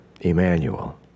Emmanuel